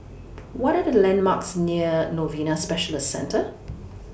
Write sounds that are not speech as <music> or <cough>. <noise> What Are The landmarks near Novena Specialist Centre <noise>